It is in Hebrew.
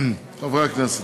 חברי הכנסת,